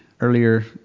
earlier